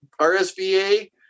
rsva